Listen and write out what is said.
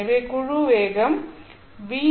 எனவே குழு வேகம் vgdωdβ